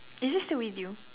is it still with you